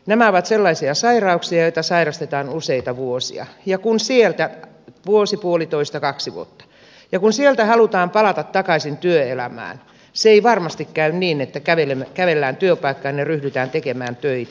nämä ovat sellaisia sairauksia joita sairastetaan useita vuosia vuosi puolitoista kaksi vuotta ja kun sieltä halutaan palata takaisin työelämään se ei varmasti käy niin että kävellään työpaikkaan ja ryhdytään tekemään töitä